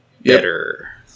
better